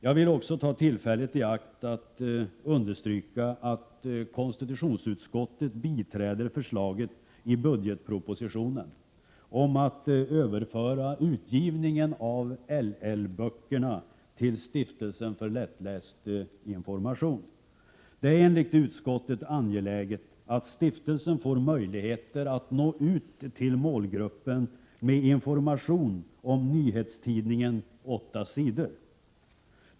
Jag vill ta tillfället i akt och understryka att konstitutionsutskottet biträder förslaget i budgetpropositionen om ett överförande av utgivningen av LL-böckerna till Stiftelsen för lättläst information. Det är enligt utskottet angeläget att nämnda stiftelse får möjlighet att nå ut till den aktuella målgruppen med information om Nyhetstidningen 8 Sidor.